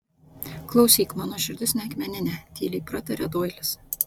klausyk mano širdis ne akmeninė tyliai pratarė doilis